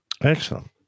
Excellent